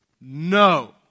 No